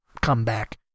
comeback